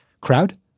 crowd